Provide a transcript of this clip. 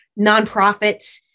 nonprofits